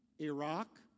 Iraq